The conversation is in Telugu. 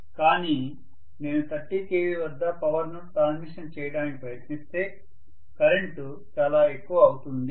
కాని నేను 30 kV వద్ద పవర్ ను ట్రాన్స్మిషన్ చేయడానికి ప్రయత్నిస్తే కరెంటు చాలా ఎక్కువ అవుతుంది